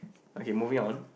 okay moving on